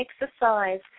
exercise